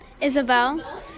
Isabel